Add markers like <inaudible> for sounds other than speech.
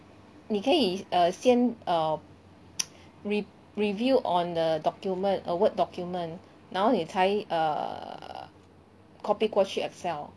你可以 err 先 err <noise> re~ review on the document err Word document 然后你才 err copy 过去 Excel